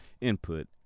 input